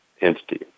entity